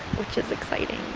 which is exciting,